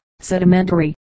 sedimentary